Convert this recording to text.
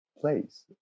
place